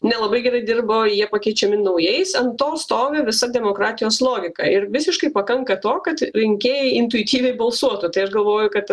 nelabai gerai dirba jie pakeičiami naujais ant to stovi visa demokratijos logika ir visiškai pakanka to kad rinkėjai intuityviai balsuotų tai aš galvoju kad